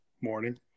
morning